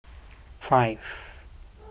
five